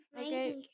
okay